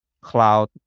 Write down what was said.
cloud